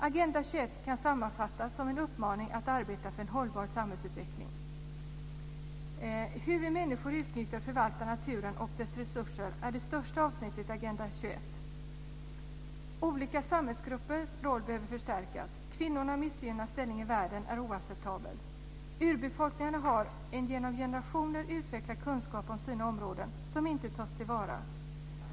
Agenda 21 kan sammanfattas som en uppmaning att arbeta för en hållbar samhällsutveckling. Hur vi människor utnyttjar och förvaltar naturen och dess resurser är det största avsnittet i Agenda 21. Olika samhällsgruppers roll behöver stärkas. Kvinnornas missgynnade ställning i världen är oacceptabel. Urbefolkningarna har en genom generationer utvecklad kunskap om sina områden som inte tas till vara.